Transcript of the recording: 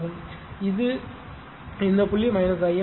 இது இந்த புள்ளி I m